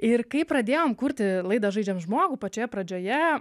ir kai pradėjom kurti laidą žaidžiam žmogų pačioje pradžioje